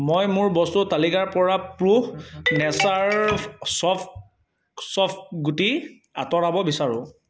মই মোৰ বস্তুৰ তালিকাৰ পৰা প্ৰো নেচাৰ চফ চফগুটি আঁতৰাব বিচাৰোঁ